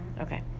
Okay